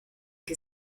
que